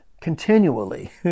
continually